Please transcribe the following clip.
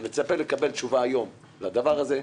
אני מצפה לקבל תשובה היום לדבר הזה,